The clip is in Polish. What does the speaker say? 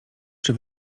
czy